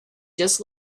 just